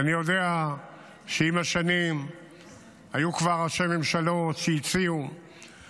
ואני יודע שעם השנים כבר היו ראשי ממשלות שהציעו